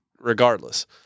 regardless